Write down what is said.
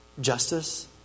justice